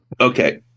Okay